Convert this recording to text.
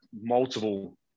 multiple